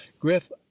Griff